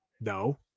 No